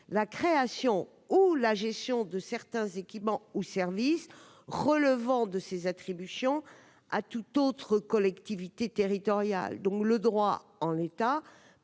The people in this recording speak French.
la création ou la gestion de certains équipements ou services relevant de leurs attributions à toute autre collectivité territoriale. Le dispositif